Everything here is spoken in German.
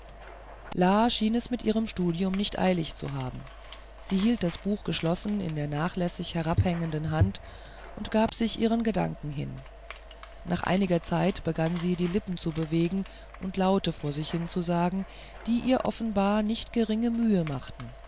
schien es mit ihrem studium nicht eilig zu haben sie hielt das buch geschlossen in der nachlässig herabhängenden hand und gab sich ihren gedanken hin nach einiger zeit begann sie die lippen zu bewegen und laute vor sich hin zu sagen die ihr offenbar nicht geringe mühe machten